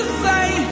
say